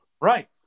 Right